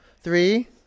Three